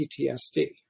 PTSD